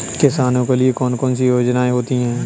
किसानों के लिए कौन कौन सी योजनायें होती हैं?